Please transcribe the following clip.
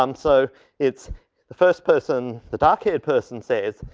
um so it's the first person, the dark haired person says,